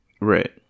Right